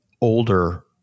older